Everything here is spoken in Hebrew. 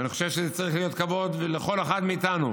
ואני חושב שזה צריך להיות כבוד לכל אחד מאיתנו